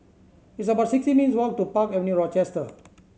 it's about sixty minutes' walk to Park Avenue Rochester